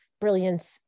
brilliance